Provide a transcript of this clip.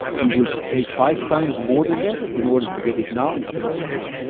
we will pay five times more than that in order to get it now instead of tomorrow